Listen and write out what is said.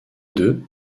deux